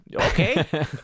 Okay